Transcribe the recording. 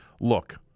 Look